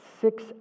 six